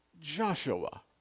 Joshua